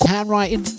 Handwriting